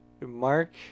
mark